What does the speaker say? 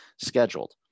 scheduled